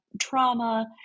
trauma